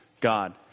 God